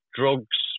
drugs